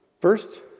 First